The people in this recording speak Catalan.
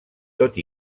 tot